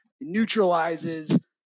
neutralizes